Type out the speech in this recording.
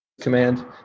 command